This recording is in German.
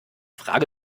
frage